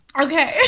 Okay